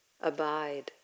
Abide